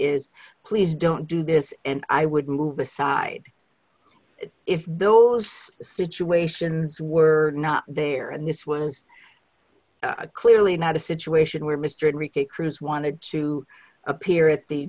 is please don't do this and i would move aside if those situations were not there and this was clearly not a situation where mr enrique cruz wanted to appear at the